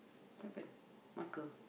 what happen marker